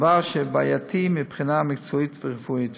והדבר בעייתי מבחינה מקצועית ורפואית.